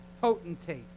Potentate